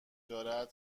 گری